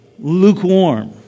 Lukewarm